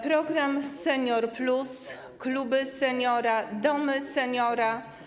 Program ˝Senior+˝, kluby seniora, domy seniora.